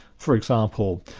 for example,